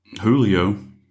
Julio